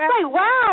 wow